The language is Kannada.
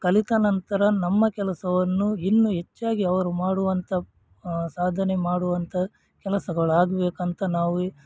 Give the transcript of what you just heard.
ಕಲಿತ ನಂತರ ನಮ್ಮ ಕೆಲಸವನ್ನು ಇನ್ನು ಹೆಚ್ಚಾಗಿ ಅವರು ಮಾಡುವಂತ ಸಾಧನೆ ಮಾಡುವಂತ ಕೆಲಸಗಳಾಗಬೇಕಂತ ನಾವು